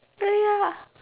really lah